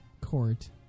court